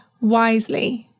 wisely